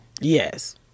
yes